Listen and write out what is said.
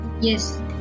yes